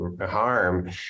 harm